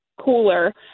cooler